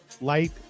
Light